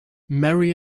marry